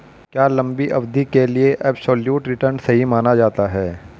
क्या लंबी अवधि के लिए एबसोल्यूट रिटर्न सही माना जाता है?